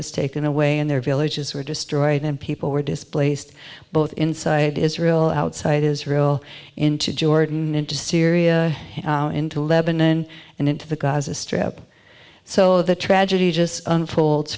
was taken away and their villages were destroyed and people were displaced both inside israel outside israel into jordan into syria into lebanon and into the gaza strip so the tragedy just unfolds